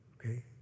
okay